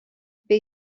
bei